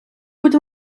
будь